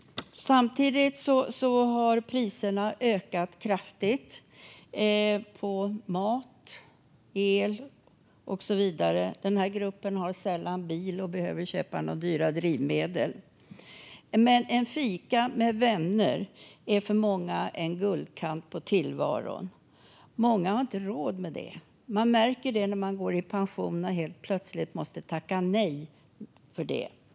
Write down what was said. Samtidigt har priserna ökat kraftigt på mat, el och så vidare. Denna grupp har sällan bil och behöver inte köpa några dyra drivmedel. Men en fika med vänner är för många en guldkant på tillvaron. Många har inte råd med det. Man märker det när man går i pension och helt plötsligt måste tacka nej till det.